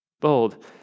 Bold